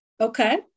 okay